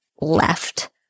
left